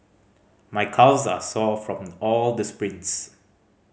my calves are sore from all the sprints